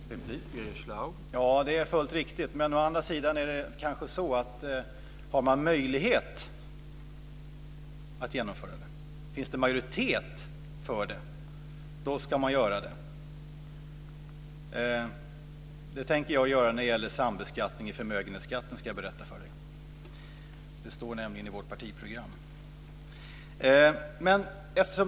Herr talman! Ja, det är fullt riktigt. Men å andra sidan är det kanske så att om man har möjlighet att genomföra det, om det finns majoritet för det, ska man göra det. Det tänker jag göra när det gäller sambeskattningen av förmögenheter, kan jag berätta för Göran Magnusson. Det står nämligen i vårt partiprogram.